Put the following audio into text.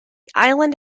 island